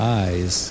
eyes